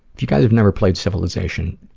you guys have never played civilization,